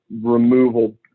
removal